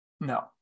no